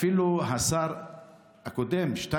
אפילו השר הקודם, שטייניץ,